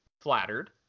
flattered